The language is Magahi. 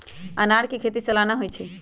अनारकें खेति सलाना होइ छइ